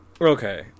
Okay